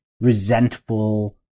resentful